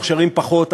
מוכשרים פחות,